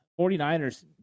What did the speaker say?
49ers